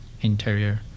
interior